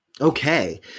Okay